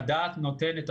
אבל הדעת נותנת,